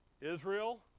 Israel